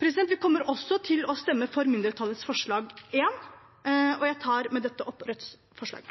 Vi kommer også til å stemme for mindretallsforslag nr. 1. Jeg tar med dette opp Rødts forslag.